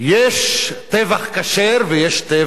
יש טבח כשר ויש טבח טרף.